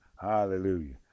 Hallelujah